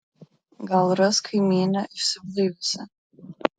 gal ras kaimynę išsiblaiviusią